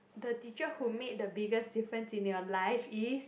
the teacher who made the biggest difference in your life is